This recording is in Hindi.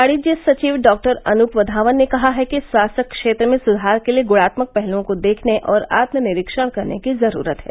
वाणिज्य सचिव डॉक्टर अनूप वधावन ने कहा है कि स्वास्थ्य क्षेत्र में सुधार के लिए गुणात्मक पहलुओं को देखने और आत्मनिरीक्षण करने की जरूरत है